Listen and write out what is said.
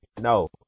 No